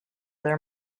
their